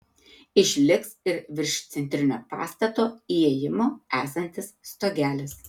išliks ir virš centrinio pastato įėjimo esantis stogelis